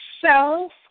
self